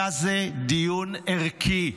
היה זה דיון ערכי.